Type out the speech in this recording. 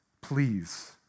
Please